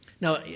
Now